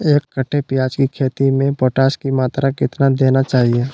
एक कट्टे प्याज की खेती में पोटास की मात्रा कितना देना चाहिए?